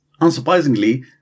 Unsurprisingly